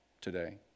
today